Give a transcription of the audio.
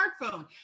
smartphone